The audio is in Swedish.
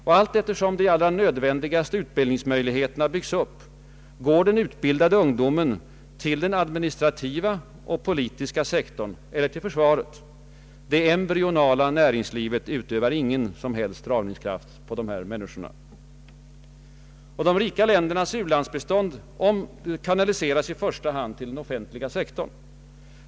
Och allteftersom de allra nödvändigaste utbildningsmöjligheterna byggs upp går den utbildade ungdomen till den administrativa och politiska sektorn eller till försvaret. Det embryonala näringslivet utövar ingen som helst dragningskraft på dessa människor. De rika ländernas u-landsbistånd kanaliseras dessutom i första hand till den offentliga sektorn.